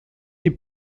die